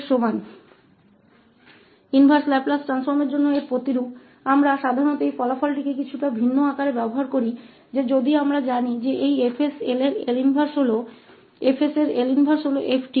उलटा लाप्लास परिवर्तन के लिए इसका समकक्ष हम आमतौर पर इस परिणाम का थोड़ा अलग रूप में उपयोग करते हैं कि अगर हम जानते हैं कि 𝐿 इनवर्स 𝐹 𝑠 𝑓 𝑡 है